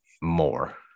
more